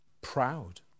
Proud